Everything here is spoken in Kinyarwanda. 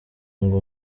ngo